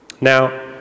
Now